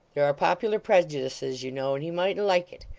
there are popular prejudices, you know, and he mightn't like it.